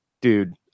Dude